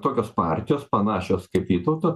tokios partijos panašios kaip vytauto